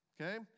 Okay